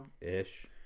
Ish